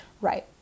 Right